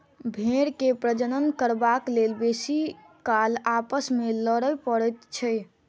भेंड़ के प्रजनन करबाक लेल बेसी काल आपस मे लड़य पड़ैत छै